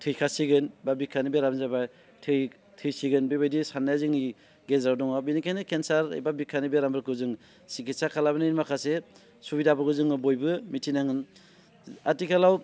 थैखासिगोन बा बिखानि बेराम जाब्ला थै थैसिगोन बेबायदि साननाया जोंनि गेजेराव दङ बिनिखायनो केन्सार एबा बिखानि बेरामफोरखौ जों सिखिथसा खालामनायनि माखासे सुबिदाफोरखौ जोङो बयबो मिथिनांगोन आथिखालाव